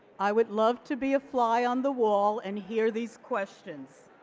i would love to be a fly on the wall and hear these questions